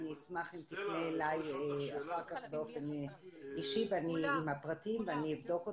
אני אשמח אם תפנה אליי אחר כך באופן אישי עם הפרטים ואני אבדוק אותם.